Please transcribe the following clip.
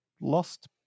lost